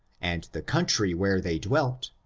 and the country where they dwelt,